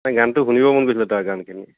গানটো শুনিব মন গৈছিলে তাৰ গানখিনি